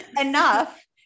enough